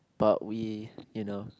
but we you know